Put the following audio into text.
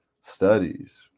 studies